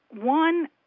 one